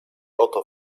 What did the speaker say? oto